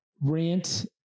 Rant